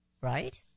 right